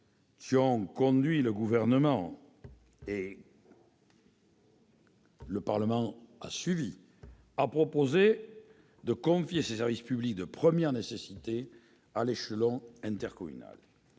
qui ont conduit le Gouvernement à proposer au Parlement de confier ces services publics de première nécessité à l'échelon intercommunal.